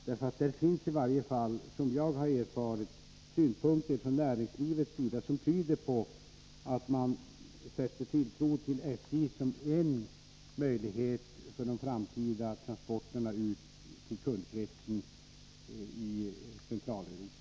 Enligt vad jag har erfarit finns det synpunkter från näringslivets sida som tyder på att man sätter tilltro till SJ:s möjlighet att sköta framtida transporter ut till kundkretsen i Centraleuropa.